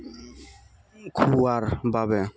খোৱাৰ বাবে